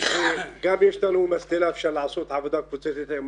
יש לנו גם --- אפשר לעשות עבודה קבוצתית עם